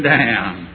down